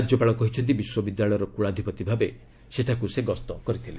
ରାଜ୍ୟପାଳ କହିଛନ୍ତି ବିଶ୍ୱବିଦ୍ୟାଳୟର କୁଳାଧ୍ୟପତି ଭାବେ ସେଠାକୁ ସେ ଗସ୍ତ କରିଥିଲେ